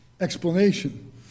explanation